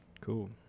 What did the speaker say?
cool